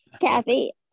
Kathy